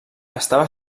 estava